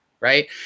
Right